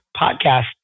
podcast